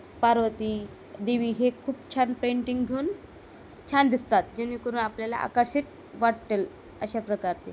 पार्वती देवी हे खूप छान पेंटिंग घेऊन छान दिसतात जेणेकरून आपल्याला आकर्षित वाटेल अशा प्रकारचे